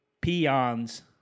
Peons